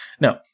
No